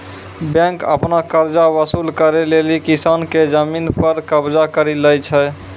bank आपनो कर्जा वसुल करै लेली किसान के जमिन पर कबजा करि लै छै